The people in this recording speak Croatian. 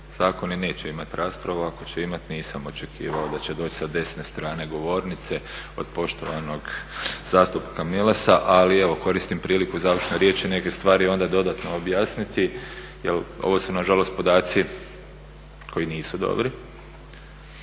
zakon i neće imat raspravu, ako će imat nisam očekivao da će doći sa desne strane govornice, od poštovanog zastupnika Milasa, ali evo koristim priliku u završnoj riječi neke stvari onda dodatno objasniti jer ovo su nažalost podaci koji nisu dobri